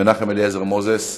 מנחם אליעזר מוזס.